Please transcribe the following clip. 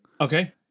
Okay